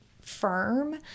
firm